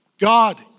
God